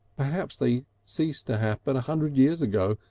perhaps they ceased to happen a hundred years ago.